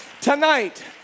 tonight